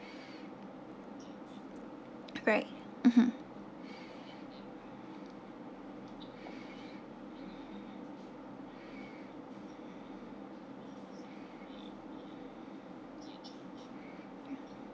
right mmhmm